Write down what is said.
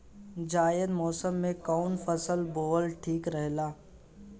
जायद मौसम में कउन फसल बोअल ठीक रहेला?